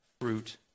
fruit